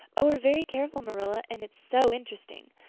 oh, we're very careful, marilla. and it's so interesting.